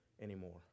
anymore